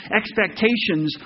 expectations